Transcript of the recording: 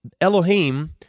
Elohim